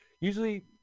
Usually